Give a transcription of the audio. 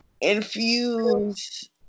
infuse